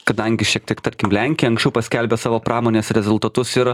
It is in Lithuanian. kadangi šiek tiek tarkim lenkija anksčiau paskelbė savo pramonės rezultatus ir